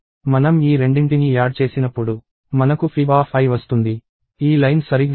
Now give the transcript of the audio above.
మనం ఈ రెండింటిని యాడ్ చేసినప్పుడు మనకు fibi వస్తుంది ఈ లైన్ సరిగ్గా అదే చేస్తోంది